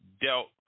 dealt